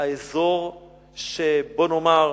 האזור של, בוא נאמר,